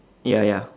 ya ya